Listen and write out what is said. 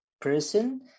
person